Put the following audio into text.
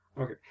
Okay